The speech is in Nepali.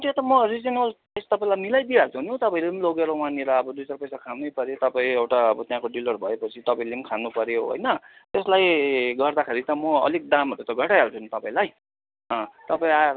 त्यो त म रिजनेवल प्राइज त मिलाई दिइहाल्छु नि तपाईँले लगेर वहाँनेर अब दुई चार खानु पर्यो तपाईँ एउटा अब त्यहाँको डिलर भए पछि तपाईँले खानु पर्यो होइन त्यसले गर्दाखेरि त म अलिक दामहरू त घटाइहाल्छु नि तपाईँलाई तपाईँ आएर